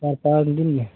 चार पाँच दिन में